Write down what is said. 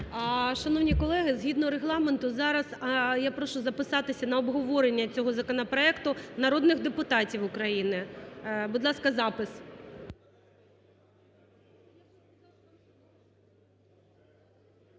Шановні колеги, згідно Регламенту зараз я прошу записатися на обговорення цього законопроекту народних депутатів України. Будь ласка, запис.